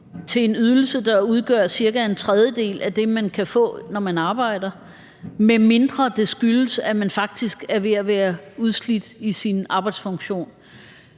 til en ydelse, der udgør cirka en tredjedel af det, man kan få, når man arbejder, medmindre det skyldes, at man faktisk er ved at være udslidt i sin arbejdsfunktion